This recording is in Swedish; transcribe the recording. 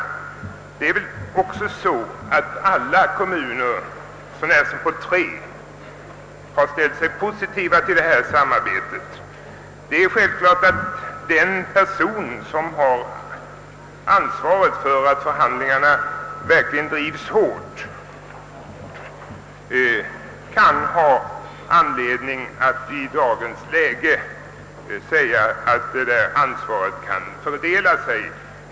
Jag vill framhålla att alla kommuner så när som på tre har ställt sig positiva till samarbetet. Den person som bär ansvaret för att förhandlingarna verkligen drivs hårt kan självfallet ha anledning att i dagens läge säga att ansvaret skall fördelas.